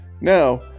now